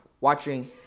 watching